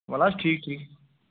وَلہٕ حظ ٹھیٖک ٹھیٖک